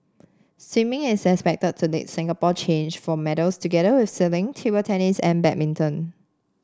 swimming is expected to lead Singapore change for medals together with sailing table tennis and badminton